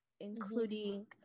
including